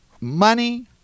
money